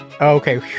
Okay